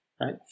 right